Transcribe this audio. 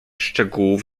szczegółów